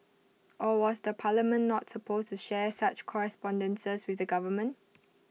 or was the parliament not supposed to share such correspondences with the government